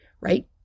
right